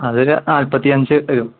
അതൊരു നാൽപ്പത്തിയഞ്ച് വരും